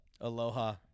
Aloha